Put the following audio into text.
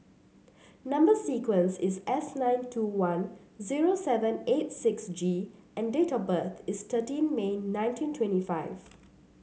number sequence is S nine two one zero seven eight six G and date of birth is thirteen May nineteen twenty five